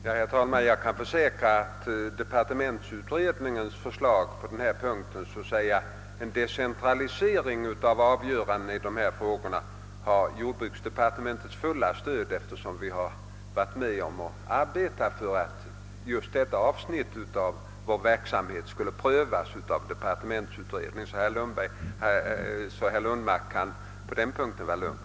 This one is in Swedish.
Herr talman! Jag kan försäkra att departementsutredningens förslag på denna punkt — en decentralisering av avgörandena i dessa frågor — har jordbruksdepartementets fulla stöd, eftersom vi har varit med om att arbeta för att just detta avsnitt av vår verksamhet skulle prövas i departementsutredningen. Herr Lundmark kan alltså vara lugn i detta avseende.